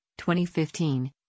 2015